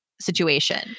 situation